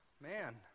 man